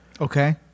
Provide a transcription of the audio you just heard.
Okay